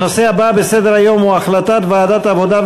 הנושא הבא בסדר-היום הוא החלטת ועדת העבודה,